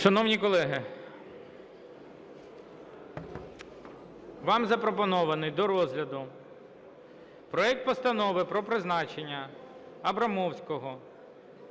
Шановні колеги, вам запропонований до розгляду проект Постанови про призначення Абрамовського